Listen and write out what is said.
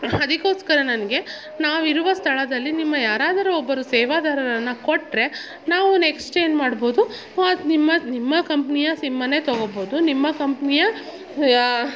ಅದಕ್ಕೋಸ್ಕರ ನನಗೆ ನಾವಿರುವ ಸ್ಥಳದಲ್ಲಿ ನಿಮ್ಮ ಯಾರಾದರೂ ಒಬ್ಬರು ಸೇವಾದಾರರನ್ನು ಕೊಟ್ಟರೆ ನಾವು ನೆಕ್ಸ್ಟ್ ಏನು ಮಾಡ್ಬಹುದು ನಿಮ್ಮ ನಿಮ್ಮ ಕಂಪ್ನಿಯ ಸಿಮ್ಮನ್ನೆ ತಗೊಳ್ಬಹುದು ನಿಮ್ಮ ಕಂಪ್ನಿಯ